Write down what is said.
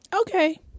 Okay